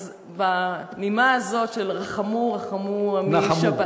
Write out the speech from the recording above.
אז בנימה הזאת של "רחמו רחמו עמי" נחמו.